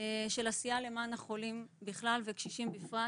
של עשייה למען החולים בכלל וקשישים בפרט.